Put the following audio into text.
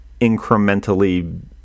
incrementally